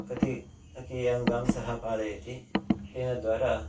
कति कीयान् गांसः पालयति तेन द्वारा